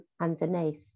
underneath